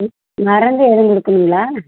மருந்து எதுவும் கொடுக்கணுங்களா